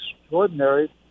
extraordinary